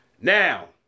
Now